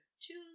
Choose